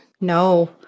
No